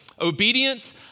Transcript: Obedience